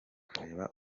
kureba